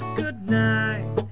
goodnight